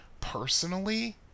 personally